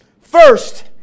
first